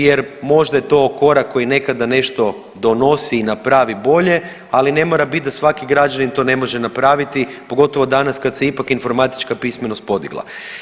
Jer možda je to korak koji nekada nešto donosi i napravi bolje, ali ne mora biti da svaki građanin to ne može napraviti pogotovo danas kad se ipak informatička pismenost podigla.